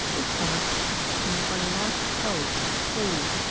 this stomach is sustained by a large kell or caul,